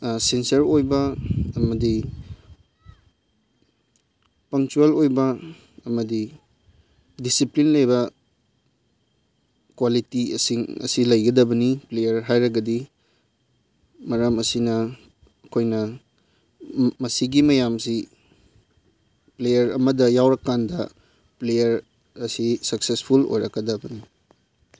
sincere ꯑꯣꯏꯕ ꯑꯃꯗꯤ ꯄꯪꯆꯨꯋꯦꯜ ꯑꯣꯏꯕ ꯑꯃꯗꯤ ꯗꯤꯁꯤꯄ꯭ꯂꯤꯟ ꯂꯩꯕ ꯀ꯭ꯋꯥꯂꯤꯇꯤꯁꯤꯡ ꯑꯁꯤ ꯂꯩꯒꯗꯕꯅꯤ ꯄ꯭ꯂꯦꯌꯥꯔ ꯍꯥꯏꯔꯒꯗꯤ ꯃꯔꯝ ꯑꯁꯤꯅ ꯑꯩꯈꯣꯏꯅ ꯃꯁꯤꯒꯤ ꯃꯌꯥꯝꯁꯤ ꯄ꯭ꯂꯦꯌꯥꯔ ꯑꯃꯗ ꯌꯥꯎꯔꯀꯥꯟꯗ ꯄ꯭ꯂꯦꯌꯥꯔ ꯑꯁꯤ ꯁꯛꯁꯦꯁꯐꯨꯜ ꯑꯣꯏꯔꯛꯀꯗꯕꯅꯤ